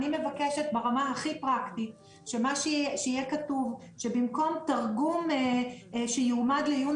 אני מבקשת ברמה הכי פרקטית שיהיה כתוב שבמקום תרגום שיועמד לעיון